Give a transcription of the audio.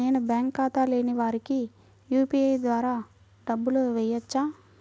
నేను బ్యాంక్ ఖాతా లేని వారికి యూ.పీ.ఐ ద్వారా డబ్బులు వేయచ్చా?